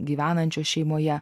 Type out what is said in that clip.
gyvenančio šeimoje